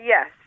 Yes